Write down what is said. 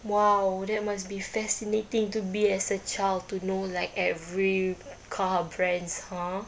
!wow! that must be fascinating to be as a child to know like every car brands !huh!